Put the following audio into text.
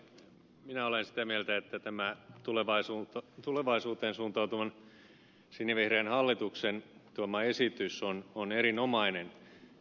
minä ole sitä mieltä että tämä tulevaisuutta tulevaisuuteen suuntautuvan sinivihreän hallituksen tuoma esitys on on erinomainen